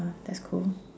uh that's cool